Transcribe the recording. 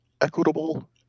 equitable